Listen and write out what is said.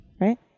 right